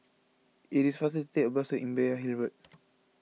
it is faster to take the bus to Imbiah Hill Road